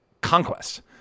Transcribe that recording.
conquest